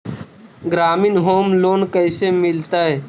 ग्रामीण home loan कैसे मिलतै?